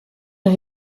der